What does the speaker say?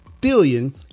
billion